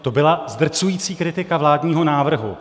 To byla zdrcující kritika vládního návrhu.